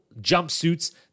jumpsuits